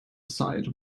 side